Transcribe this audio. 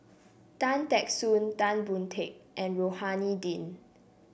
Tan Teck Soon Tan Boon Teik and Rohani Din